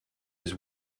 his